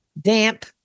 damp